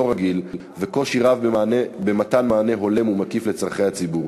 רגיל וקושי רב במתן מענה הולם ומקיף לצורכי הציבור.